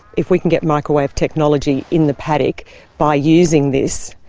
if we can get microwave technology in the paddock by using this,